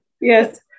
Yes